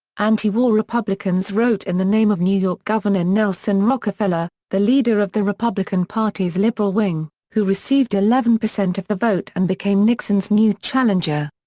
anti-war republicans wrote in the name of new york governor nelson rockefeller, the leader of the republican party's liberal wing, who received eleven percent of the vote and became nixon's new challenger.